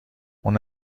اون